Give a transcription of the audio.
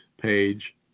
page